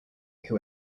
who